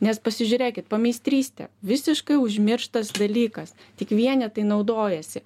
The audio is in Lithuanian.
nes pasižiūrėkit pameistrystė visiškai užmirštas dalykas tik vienetai naudojasi